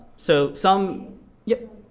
so some yeah?